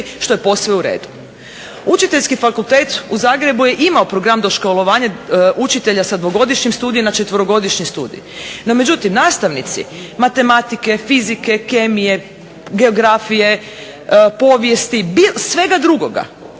što je posve u redu. Učiteljski fakultet u Zagrebu je imao program doškolovanja učitelja sa 2-godišnjim studijem na 4-godišnji studij. No međutim nastavnici matematike, fizike, kemije, geografije, povijesti, svega drugoga